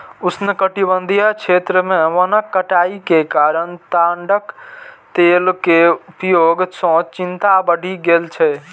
उष्णकटिबंधीय क्षेत्र मे वनक कटाइ के कारण ताड़क तेल के उपयोग सं चिंता बढ़ि गेल छै